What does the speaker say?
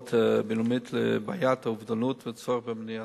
מודעות בין-לאומית לבעיית האובדנות ולצורך במניעתה.